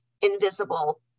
invisible